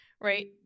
right